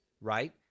right